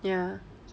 ya